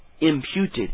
imputed